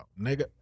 Nigga